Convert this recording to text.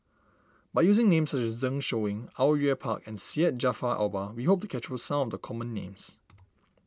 by using names such as Zeng Shouyin Au Yue Pak and Syed Jaafar Albar we hope to capture some of the common names